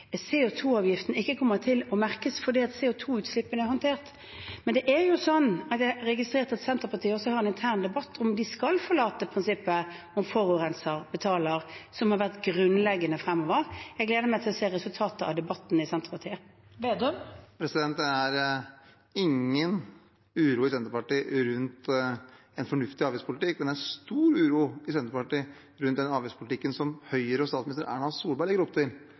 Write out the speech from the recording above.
ikke kommer til å merkes, fordi CO 2 -utslippene er håndtert. Så har jeg registrert at Senterpartiet også har en intern debatt om de skal forlate prinsippet om «forurenser betaler», som har vært grunnleggende. Jeg gleder meg til å se resultatet av debatten i Senterpartiet. Trygve Slagsvold Vedum – til oppfølgingsspørsmål. Det er ingen uro i Senterpartiet rundt en fornuftig avgiftspolitikk, men det er stor uro i Senterpartiet rundt den avgiftspolitikken som Høyre og statsminister Erna Solberg legger opp til,